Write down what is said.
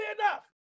enough